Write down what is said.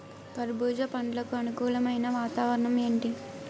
కర్బుజ పండ్లకు అనుకూలమైన వాతావరణం ఏంటి?